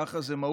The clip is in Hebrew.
ככה זה,